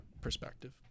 perspective